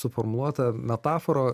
suformuotą metaforą